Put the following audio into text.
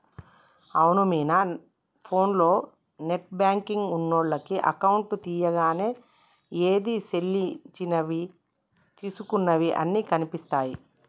అవును మీనా ఫోన్లో net banking ఉన్నోళ్లకు అకౌంట్ తీయంగానే ఏది సెల్లించినవి తీసుకున్నయి అన్ని కనిపిస్తాయి